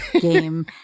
game